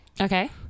Okay